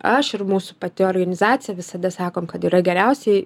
aš ir mūsų pati organizacija visada sakom kad yra geriausiai